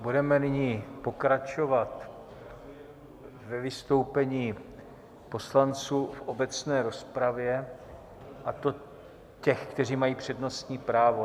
Budeme nyní pokračovat ve vystoupení poslanců v obecné rozpravě, a to těch, kteří mají přednostní právo.